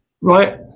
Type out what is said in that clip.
Right